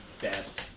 best